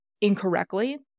incorrectly